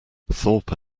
thorpe